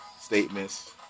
statements